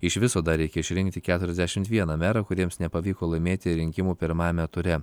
iš viso dar reikia išrinkti keturiasdešimt vieną merą kuriems nepavyko laimėti rinkimų pirmajame ture